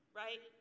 right